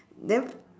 then